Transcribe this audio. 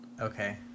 okay